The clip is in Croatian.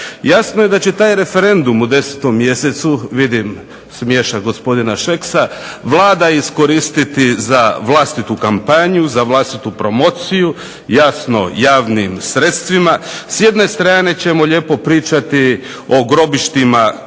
Jasno je da će taj referendum u 10. mjesecu, vidim smiješak gospodina Šeksa, Vlada iskoristiti za vlastitu kampanju, za vlastitu promociju, jasno javnim sredstvima. S jedne strane ćemo lijepo pričati o grobištima